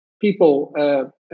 people